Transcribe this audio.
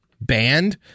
banned